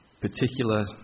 particular